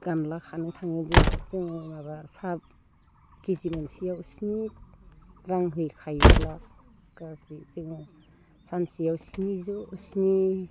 गानलाखानो थाङोब्ला जोङो माबा साहा केजि मोनसेयाव स्नि रांहै खायोब्ला गासै जोङो सानसेयाव स्निजौ स्नि